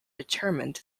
determined